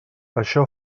això